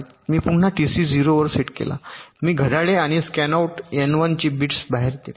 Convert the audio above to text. मी पुन्हा टीसी 0 वर सेट केला मी घड्याळे आणि स्कॅनआउटद्वारे एन 1 चे बिट्स बाहेर येतील